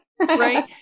right